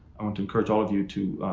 i want to cut all of you to,